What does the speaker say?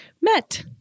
met